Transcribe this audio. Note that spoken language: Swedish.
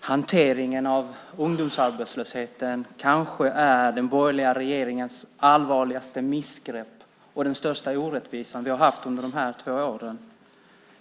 hanteringen av ungdomsarbetslösheten kanske är den borgerliga regeringens allvarligaste missgrepp och den största orättvisan vi har haft under de här två åren.